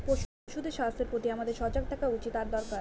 পশুদের স্বাস্থ্যের প্রতি আমাদের সজাগ থাকা উচিত আর দরকার